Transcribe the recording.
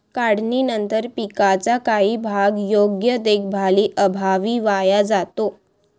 काढणीनंतर पिकाचा काही भाग योग्य देखभालीअभावी वाया जातो